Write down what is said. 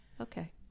Okay